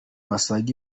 basaga